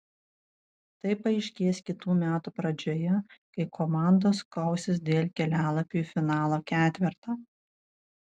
tai paaiškės kitų metų pradžioje kai komandos kausis dėl kelialapių į finalo ketvertą